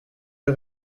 der